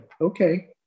okay